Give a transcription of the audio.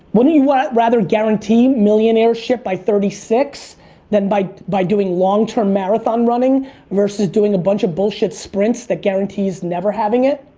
wouldn't you rather guarantee millionairship by thirty six than by by doing long term marathon running versus doing a bunch of bullshit sprints that guarantees never having it?